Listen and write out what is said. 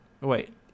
Wait